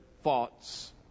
thoughts